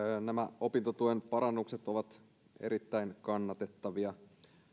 nämä opintotuen parannukset ovat erittäin kannatettavia